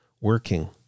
working